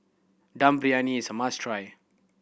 Dum Briyani is a must try